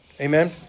Amen